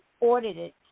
audited